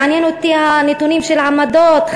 מעניין אותי הנתונים של העמדות.